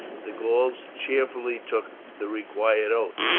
the gauls cheerfully took the required oath.